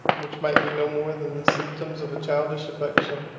which might be no more than the symptoms of a childish affection,